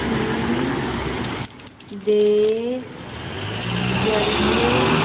ਈ ਦੇ ਜ਼ਰੀਏ